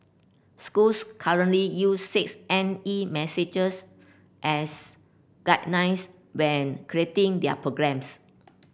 schools currently use six N E messages as guidelines when creating their programmes